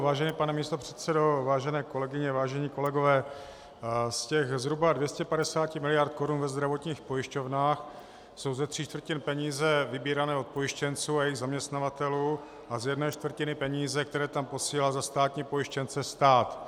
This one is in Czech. Vážený pane místopředsedo, vážené kolegyně, vážení kolegové, z těch zhruba 250 miliard korun ve zdravotních pojišťovnách jsou ze tří čtvrtin peníze vybírané od pojištěnců a jejich zaměstnavatelů a z jedné čtvrtiny peníze, které tam posílá za státní pojištěnce stát.